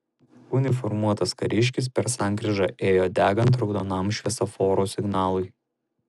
uniformuotas kariškis per sankryžą ėjo degant raudonam šviesoforo signalui